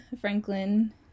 Franklin